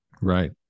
right